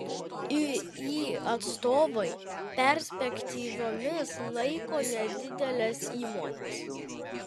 iį atstovai perspektyviomis laiko nedideles įmones